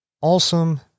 awesome